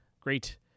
Great